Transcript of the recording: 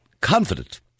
confident